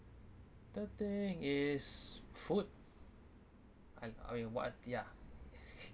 third thing is food I I mean what ya